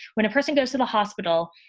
when a person goes to the hospital,